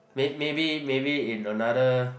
may maybe maybe in another